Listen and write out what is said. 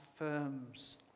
affirms